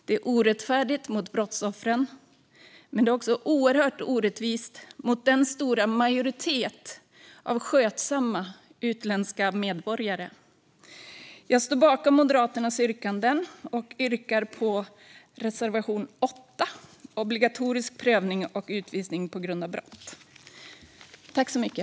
Det är orättfärdigt mot brottsoffren men också oerhört orättvist mot den stora majoriteten av skötsamma utländska medborgare. Jag står bakom Moderaternas yrkanden och yrkar på reservation 8 om obligatorisk prövning av utvisning på grund av brott.